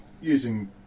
using